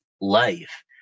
life